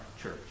church